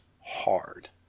Hard